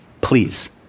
please